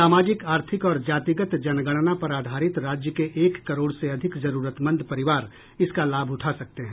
सामाजिक आर्थिक और जातिगत जनगणना पर आधारित राज्य के एक करोड़ से अधिक जरूरतमंद परिवार इसका लाभ उठा सकते हैं